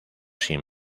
sin